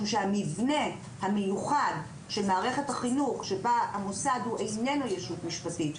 שהמבנה המיוחד של מערכת החינוך שבו המוסד הוא איננו ישות משפטית,